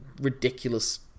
ridiculous